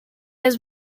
has